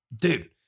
Dude